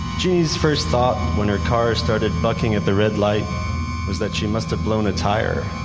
genie's first thought when her car started bucking at the red light was that she must've blown a tire,